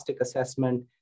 assessment